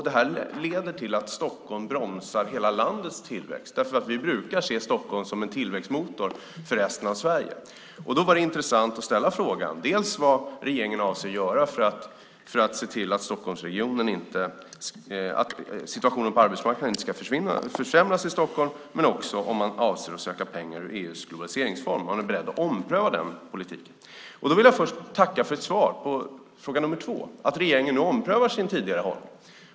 Det leder till att Stockholm bromsar hela landets tillväxt. Vi brukar se Stockholm som en tillväxtmotor för resten av Sverige. Därför var det intressant att fråga vad regeringen avser att göra för att se till att situationen på arbetsmarknaden inte ska försämras i Stockholm och om man avser att söka pengar ur EU:s globaliseringsfond - om man är beredd att ompröva den politiken. Jag vill först tacka för svaret på fråga nr 2, att regeringen nu omprövar sin tidigare hållning.